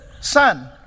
Son